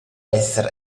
esser